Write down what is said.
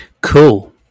Cool